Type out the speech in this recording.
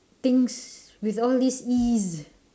things with all this ease